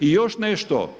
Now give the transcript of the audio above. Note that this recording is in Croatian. I još nešto,